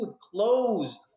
Clothes